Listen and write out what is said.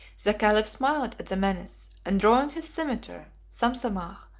the caliph smiled at the menace, and drawing his cimeter, samsamah,